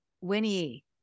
Winnie